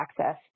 access